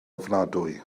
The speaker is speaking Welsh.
ofnadwy